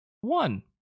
One